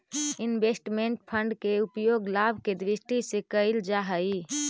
investment fund के उपयोग लाभ के दृष्टि से कईल जा हई